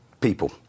people